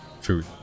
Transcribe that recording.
food